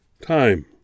time